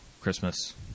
Christmas